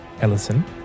Ellison